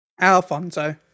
alfonso